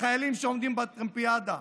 לחיילים שעומדים בטרמפיאדה,